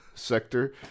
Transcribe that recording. sector